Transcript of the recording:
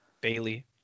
Bailey